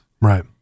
Right